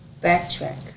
backtrack